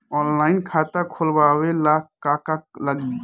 Online खाता खोलबाबे ला का का लागि?